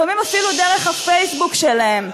לפעמים אפילו דרך הפייסבוק שלהם,